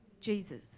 Jesus